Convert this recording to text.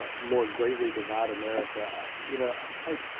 more great we divide america you know i